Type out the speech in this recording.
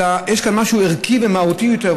אלא יש כאן משהו ערכי ומהותי יותר,